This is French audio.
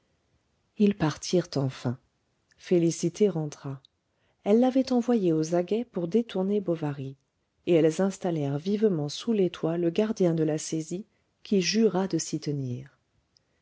ils partirent enfin félicité rentra elle l'avait envoyée aux aguets pour détourner bovary et elles installèrent vivement sous les toits le gardien de la saisie qui jura de s'y tenir